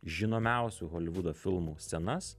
žinomiausių holivudo filmų scenas